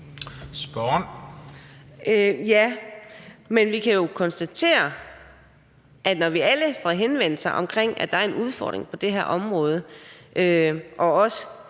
Men vi kan jo konstatere, at der, når vi alle får henvendelser om, at der er en udfordring på det her område, og når